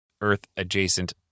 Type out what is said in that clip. Earth-adjacent